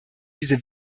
diese